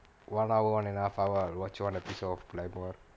one hour one and half hour I will watch one episode of playboy